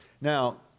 Now